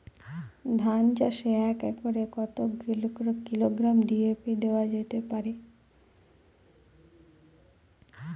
ধান চাষে এক একরে কত কিলোগ্রাম ডি.এ.পি দেওয়া যেতে পারে?